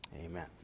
amen